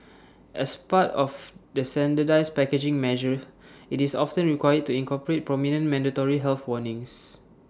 as part of the standardised packaging measure IT is often required to incorporate prominent mandatory health warnings